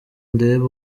ndebe